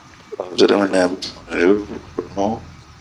A zeremɛ nɛ un yu tonu.